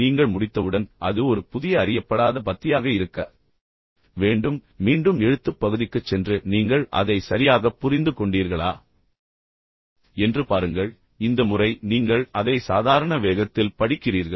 நீங்கள் முடித்தவுடன் அது ஒரு புதிய அறியப்படாத பத்தியாக இருக்க வேண்டும் இப்போது மீண்டும் எழுத்துப் பகுதிக்குச் சென்று நீங்கள் அதை சரியாகப் புரிந்து கொண்டீர்களா என்று பாருங்கள் இந்த முறை நீங்கள் அதை சாதாரண வேகத்தில் படிக்கிறீர்கள்